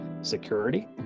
security